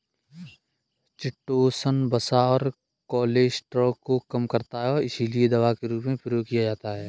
chitosan वसा और cholesterol को कम करता है और इसीलिए दवा के रूप में प्रयोग किया जाता है